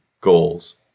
goals